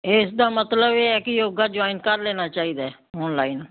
ਇਸ ਦਾ ਮਤਲਬ ਇਹ ਹੈ ਕਿ ਯੋਗਾ ਜੁਆਇਨ ਕਰ ਲੈਣਾ ਚਾਹੀਦਾ ਓਨਲਾਈਨ